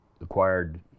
acquired